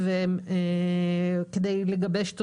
אם נדלג על כל הסעיפים שמפנים לתוספת,